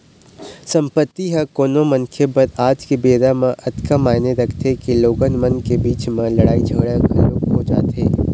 संपत्ति ह कोनो मनखे बर आज के बेरा म अतका मायने रखथे के लोगन मन के बीच म लड़ाई झगड़ा घलोक हो जाथे